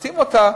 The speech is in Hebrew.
החתימו אותה.